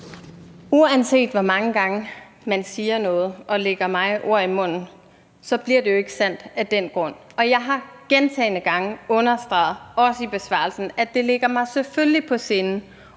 Uanset hvor mange gange man siger noget og lægger mig ord i munden, bliver det jo ikke sandt af den grund. Jeg har gentagne gange understreget – også i besvarelsen – at det selvfølgelig ligger